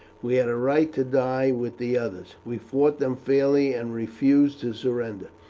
we had a right to die with the others. we fought them fairly, and refused to surrender.